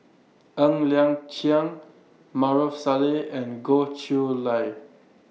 Ng Liang Chiang Maarof Salleh and Goh Chiew Lye